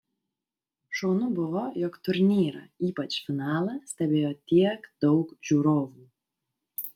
šaunu buvo jog turnyrą ypač finalą stebėjo tiek daug žiūrovų